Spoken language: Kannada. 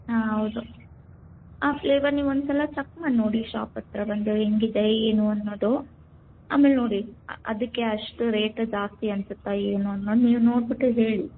ಹಾಂ ಹೌದು ಆ ಪ್ಲೇವರ್ ನೀವು ಒಂದ್ಸಲ ಚೆಕ್ ಮಾಡಿ ನೋಡಿ ಶಾಪ್ ಹತ್ತಿರ ಬಂದು ಹೇಗಿದೆ ಏನು ಅನ್ನೋದು ಆಮೇಲೆ ನೋಡಿ ಅದಕ್ಕೆ ಅಷ್ಟು ರೇಟು ಜಾಸ್ತಿ ಅನ್ನಿಸುತ್ತ ಏನು ಅನ್ನೋದು ನೀವು ನೋಡಿಬಿಟ್ಟು ಹೇಳಿ